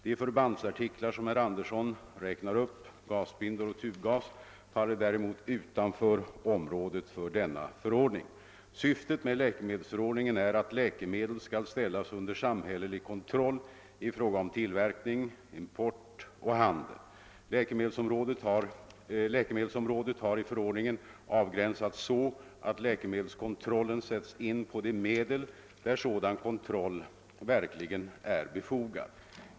De förbandsartiklar som herr Andersson räknar upp — gasbindor och tubgas — faller däremot utanför området för denna förordning. Syftet med läkemedelsförordningen är att läkemedlen skall ställas under samhällelig kontroll i fråga om tillverkning, import och handel. Läkemedelsområdet har i förordningen avgränsats så att läkemedelskontrollen sätts in på de medel där sådan kontroll verkligen är befogad.